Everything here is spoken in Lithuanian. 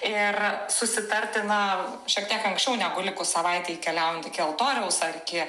ir susitarti na šiek tiek anksčiau negu likus savaitei keliaujant iki altoriaus ar iki